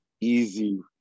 easy